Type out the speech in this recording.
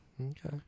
Okay